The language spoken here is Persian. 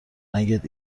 رنگت